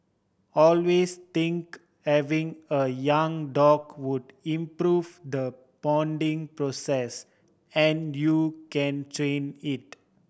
always think having a young dog would improve the bonding process and you can train it